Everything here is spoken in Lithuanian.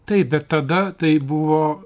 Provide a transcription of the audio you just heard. taip bet tada tai buvo